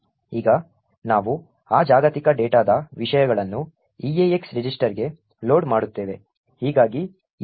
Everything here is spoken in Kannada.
ಈಗ ನಾವು ಆ ಜಾಗತಿಕ ಡೇಟಾದ ವಿಷಯಗಳನ್ನು EAX ರಿಜಿಸ್ಟರ್ಗೆ ಲೋಡ್ ಮಾಡುತ್ತೇವೆ